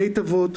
בית אבות,